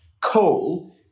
coal